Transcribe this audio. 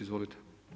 Izvolite.